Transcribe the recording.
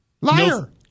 Liar